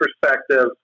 perspective